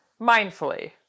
Mindfully